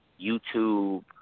YouTube